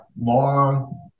long